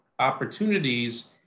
opportunities